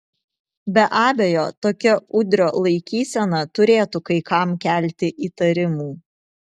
be abejo tokia udrio laikysena turėtų kai kam kelti įtarimų